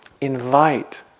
invite